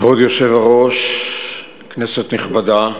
כבוד היושב-ראש, כנסת נכבדה,